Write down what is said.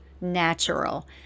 natural